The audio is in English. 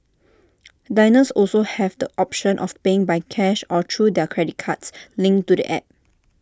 diners also have the option of paying by cash or through their credit card linked to the app